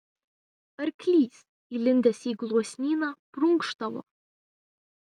arklys įlindęs į gluosnyną prunkštavo